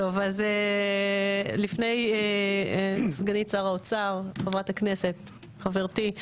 טוב, אז לפני סגנית שר האוצר, חברת הכנסת, חברתי,